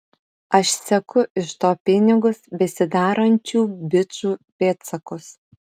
aš seku iš to pinigus besidarančių bičų pėdsakus